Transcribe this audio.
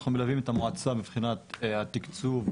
אנחנו מלווים את המועצה מבחינת התקצוב,